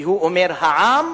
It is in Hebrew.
והוא אומר: העם